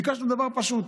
ביקשנו דבר פשוט.